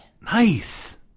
Nice